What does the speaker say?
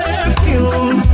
Perfume